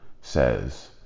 says